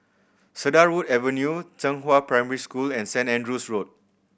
Cedarwood Avenue Zhenghua Primary School and Saint Andrew's Road